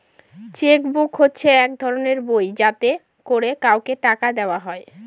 check book হচ্ছে এক ধরনের বই যাতে করে কাউকে টাকা দেওয়া হয়